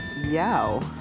yo